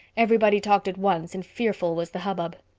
everybody talked at once and fearful was the hubbub.